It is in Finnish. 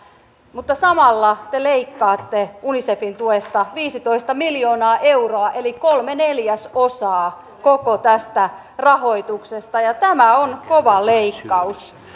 mutta samalla te leikkaatte unicefin tuesta viisitoista miljoonaa euroa eli kolme neljäsosaa koko tästä rahoituksesta ja tämä on kova leikkaus